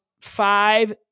Five